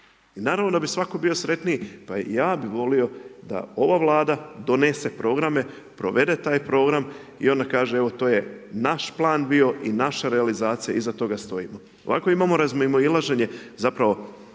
I naravno da bi svatko bio sretniji, pa i ja bi volio da ova vlada donese programe, provede taj program i onda kaže, evo to je naš plan bio i naša realizacija iza toga stojimo. Ovako imamo razmimoilaženje zapravo